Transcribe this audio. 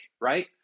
right